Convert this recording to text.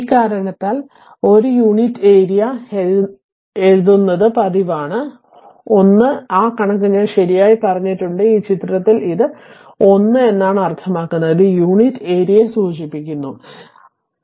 ഇക്കാരണത്താൽ 1 unit area എഴുതുന്നത് പതിവാണ് 1 ആ കണക്ക് ഞാൻ ശരിയായി പറഞ്ഞിട്ടുണ്ട് ഈ ചിത്രത്തിൽ ഇത് 1 എന്നാണ് അർത്ഥമാക്കുന്നത് ഇത് യൂണിറ്റ് ഏരിയയെ സൂചിപ്പിക്കുന്നു എന്നാണ്